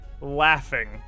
laughing